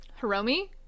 Hiromi